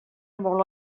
molt